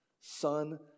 son